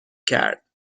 کرد